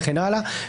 וכן הלאה.